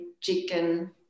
chicken